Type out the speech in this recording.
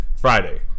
Friday